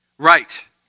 Right